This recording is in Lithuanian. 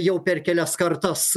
jau per kelias kartas